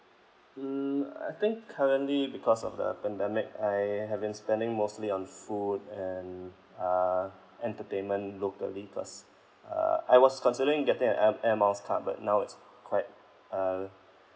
mm I think currently because of the pandemic I have been spending mostly on food and uh entertainment locally cause uh I was considering getting a air air miles card but now it's quite uh